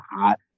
hot